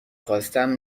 خواستم